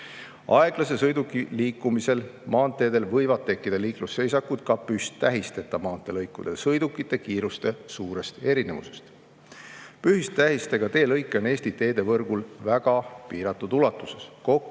Aeglase sõiduki liikumisel maanteedel võivad tekkida liiklusseisakud ka püsttähisteta maanteelõikudel sõidukite kiiruse suure erinevuse tõttu. Püsttähistega teelõike on Eesti teedevõrgul väga piiratud ulatuses, kokku